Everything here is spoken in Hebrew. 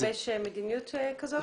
לגבש מדיניות כזאת?